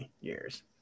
years